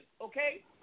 okay